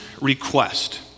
Request